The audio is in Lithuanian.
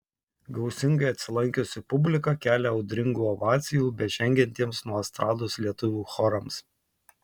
gausingai atsilankiusi publika kelia audringų ovacijų bežengiantiems nuo estrados lietuvių chorams